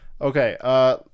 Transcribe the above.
okay